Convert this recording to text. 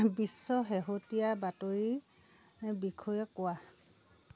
বিশ্ব শেহতীয়া বাতৰিৰ বিষয়ে কোৱা